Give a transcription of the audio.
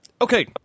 Okay